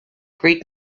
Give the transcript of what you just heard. greek